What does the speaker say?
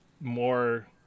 more